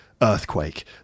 earthquake